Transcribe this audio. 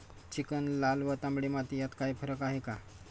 Chicken, लाल व तांबडी माती यात काही फरक आहे का?